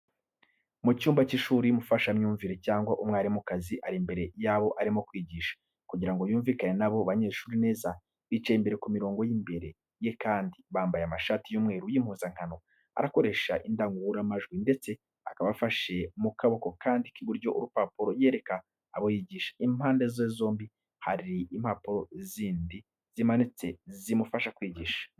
Mu cyumba cy'ishuri, umufashamyumvire cyangwa umwarimukazi, ari imbere y'abo arimo kwigisha, kugira ngo yumvinake n'abo banyeshuri neza, bicaye imbere ku mirongo imbere ye kandi bambaye amashati y'umweru y'impuzankano, arakoresha indangururamajwi ndetse akaba afashe mu kaboko kandi k'iburyo urupapuro yereka abo yigisha, impande ze zombi hari impapuro zindi zimanitse zimufasha kwigisha.